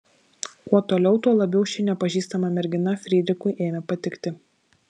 kuo toliau tuo labiau ši nepažįstama mergina frydrichui ėmė patikti